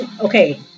okay